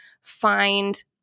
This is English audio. Find